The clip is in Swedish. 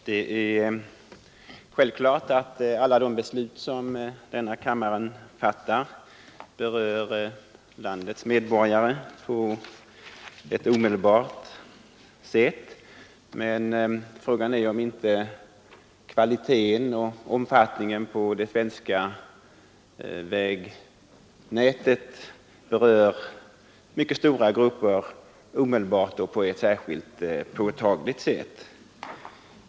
Det är självklart att alla de beslut som denna kammare fattar berör landets medborgare på något sätt men fråga är om inte kvaliteten på och omfattningen av det svenska vägnätet berör mycket stora grupper omedelbart och på ett särskilt påtagligt sätt.